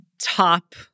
top